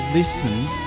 listened